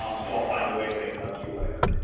um so i'll find a way to make it up to you later.